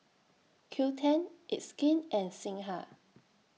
Qoo ten It's Skin and Singha